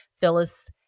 Phyllis